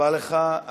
לך.